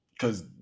Cause